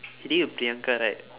he doing with treeanca right